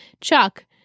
Chuck